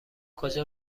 کجا